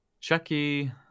Chucky